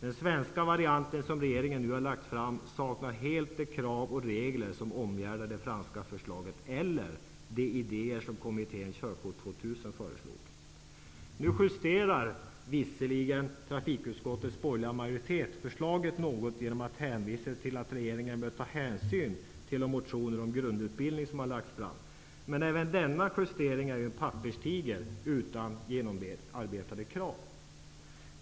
Den svenska variant som regeringen nu föreslår saknar helt såväl de krav och regler som omgärdade det franska förslaget som de idéer som kommittén Körkort 2 000 Visserligen justerar nu trafikutskottets borgerliga majoritet förslaget något genom att hänvisa till att regeringen bör ta hänsyn till de motioner om en grundutbildning som har lagts fram. Men även denna justering är en papperstiger, utan genomarbetade krav.